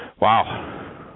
wow